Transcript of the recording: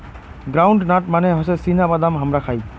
ground nut মানে হসে চীনা বাদাম হামরা খাই